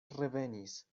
revenis